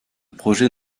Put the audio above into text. projet